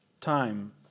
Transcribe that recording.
time